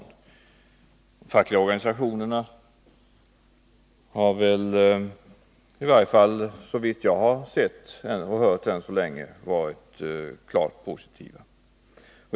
De fackliga organisationerna har — i varje fall så vitt jag hittills kunnat se — varit klart positiva.